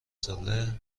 ساله